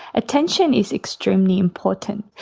attention is extremely important.